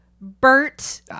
Bert